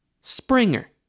Springer